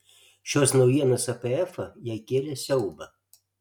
šios naujienos apie efą jai kėlė siaubą